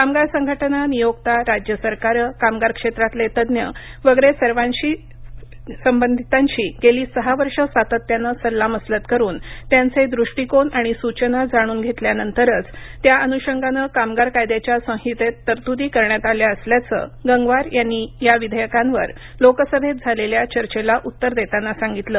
कामगार संघटना नियोक्ता राज्य सरकारं कामगार क्षेत्रातले तज्ज्ञ वगैरे सर्व संबंधितांशी गेली सहा वर्ष सातत्यानं सल्लामसलत करून त्यांचे दृष्टीकोन आणि सुचना जाणून घेतल्यानंतरच त्या अनुषंगानं कामगार कायद्याच्या संहितेत तरतुदी करण्यात आल्या असल्याचं गंगवार यांनी या विधेयकांवर लोकसभेत झालेल्या चर्चेला उत्तर देताना सांगितलं